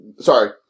Sorry